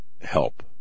help